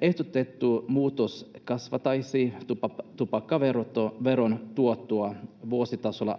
Ehdotettu muutos kasvattaisi tupakkaveron tuottoa vuositasolla